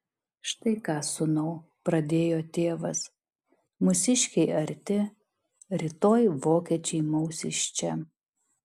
štai ką sūnau pradėjo tėvas mūsiškiai arti rytoj vokiečiai maus iš čia